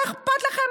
מה אכפת לכם?